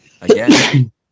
Again